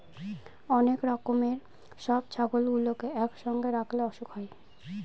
অনেক রকমের সব ছাগলগুলোকে একসঙ্গে রাখলে অসুখ হয়